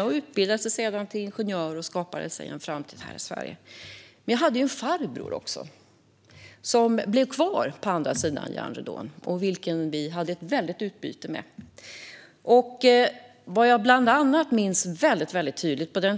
Han utbildade sig sedan till ingenjör och skapade sig en framtid här i Sverige. Jag hade också en farbror som blev kvar på andra sidan järnridån, som vi hade ett stort utbyte med. På den tiden pratade jag också ungerska.